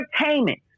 Entertainment